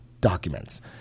documents